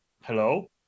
Hello